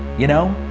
you know?